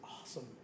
awesome